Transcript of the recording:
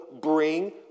bring